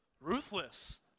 ruthless